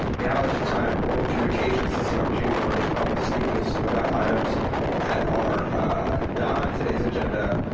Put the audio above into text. now is a time oral communication so is an opportunity for members of the public to speak to us about items that are not on today's agenda,